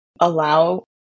allow